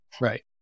Right